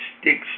sticks